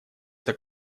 эта